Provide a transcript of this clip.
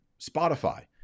Spotify